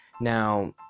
Now